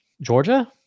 Georgia